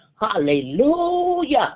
Hallelujah